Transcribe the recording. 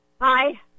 Hi